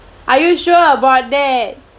are you sure about that